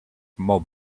mob